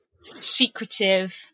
secretive